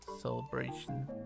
celebration